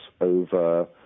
over